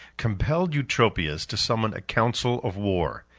compelled eutropius to summon a council of war.